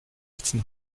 netzen